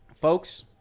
Folks